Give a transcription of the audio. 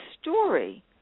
story